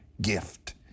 gift